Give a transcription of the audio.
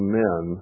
men